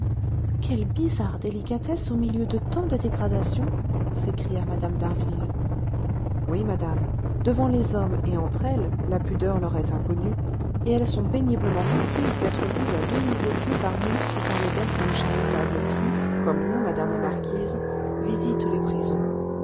quelle bizarre délicatesse au milieu de tant de dégradation s'écria mme d'harville oui madame devant les hommes et entre elles la pudeur leur est inconnue et elles sont péniblement confuses d'être vues à demi vêtues par nous ou par les personnes charitables qui comme vous madame la marquise visitent les prisons